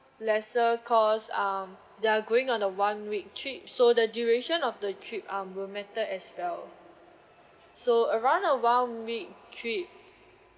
lesser cause um they're going on a one week trip so the duration of the trip um will matter as well so around a one week trip